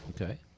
okay